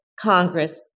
Congress